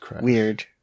weird